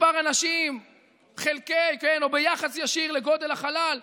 מספר אנשים חלקי או ביחס ישיר לגודל החלל,